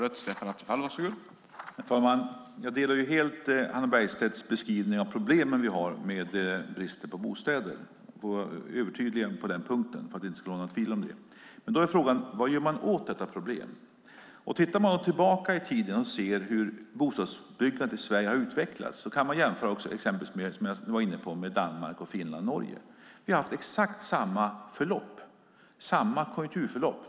Herr talman! Jag delar helt Hannah Bergstedt beskrivning av problemen vi har med bristen på bostäder. Jag kan vara övertydlig på den punkten så att det inte ska vara några tvivel om det. Vad gör man åt detta problem? Vi kan titta man tillbaka i tiden på hur bostadsbyggandet i Sverige har utvecklats och jämföra oss exempelvis med Danmark, Finland och Norge. Vi har haft exakt samma konjunkturförlopp.